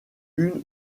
une